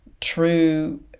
true